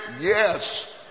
yes